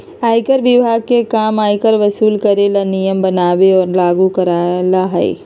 आयकर विभाग के काम आयकर वसूल करे ला नियम बनावे और लागू करेला हई